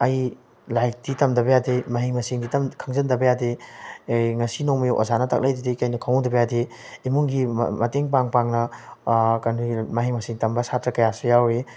ꯑꯩ ꯂꯥꯏꯔꯤꯛꯇꯤ ꯇꯝꯗꯕ ꯌꯥꯗꯦ ꯃꯍꯩ ꯃꯁꯤꯡꯗꯤ ꯈꯪꯖꯤꯟꯗꯕ ꯌꯥꯗꯦ ꯉꯁꯤ ꯅꯣꯡꯃꯒꯤ ꯑꯣꯖꯥꯅ ꯇꯥꯛꯂꯛꯏꯗꯨꯗꯩ ꯀꯩꯅꯣ ꯈꯪꯍꯧꯗꯕ ꯌꯥꯗꯦ ꯏꯃꯨꯡꯒꯤ ꯃꯇꯦꯡ ꯄꯥꯡ ꯄꯥꯡꯅ ꯃꯍꯩ ꯃꯁꯤꯡ ꯇꯝꯕ ꯁꯥꯇ꯭ꯔ ꯀꯌꯥꯁꯨ ꯌꯥꯎꯔꯤ